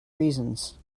reasons